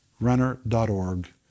runner.org